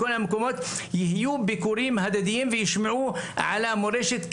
בכל המקומות יהיו ביקורים הדדיים וישמעו על המורשת.